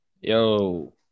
Yo